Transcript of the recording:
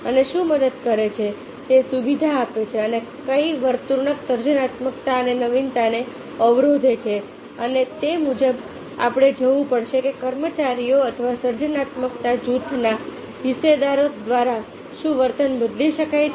અને શું મદદ કરે છે તે સુવિધા આપે છે અને કઈ વર્તણૂક સર્જનાત્મકતા અને નવીનતાને અવરોધે છે અને તે મુજબ આપણે જોવું પડશે કે કર્મચારીઓ અથવા સર્જનાત્મકતા જૂથના હિસ્સેદારો દ્વારા શું વર્તન બદલી શકાય છે